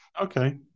Okay